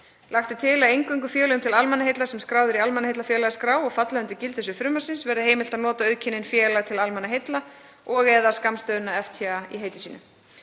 Lagt er til að eingöngu félögum til almannaheilla sem skráð eru í almannaheillafélagaskrá og falla undir gildissvið frumvarpsins verði heimilt að nota auðkennin „félag til almannaheilla“ og/eða skammstöfunina fta. í heiti sínu.